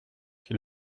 qui